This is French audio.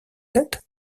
êtes